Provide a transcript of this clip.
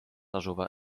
asuva